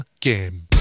Game